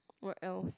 what else